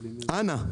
אנא,